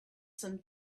some